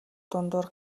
дундуур